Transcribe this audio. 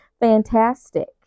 Fantastic